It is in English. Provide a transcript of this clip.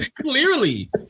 clearly